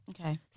Okay